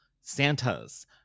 Santa's